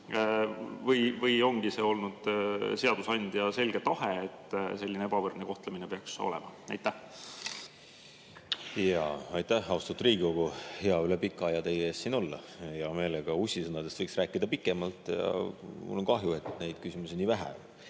või ongi see olnud seadusandja selge tahe, et selline ebavõrdne kohtlemine peaks olema. Aitäh! Austatud Riigikogu! On hea üle pika aja teie ees siin olla. Hea meelega võiks Ussisõnadest rääkida pikemalt ja mul on kahju, et neid küsimusi nii vähe